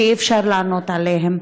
שאי-אפשר לענות עליהן,